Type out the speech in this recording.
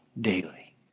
daily